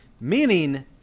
meaning